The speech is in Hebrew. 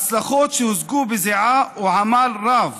הצלחות שהושגו בזיעה ובעמל רב,